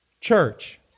church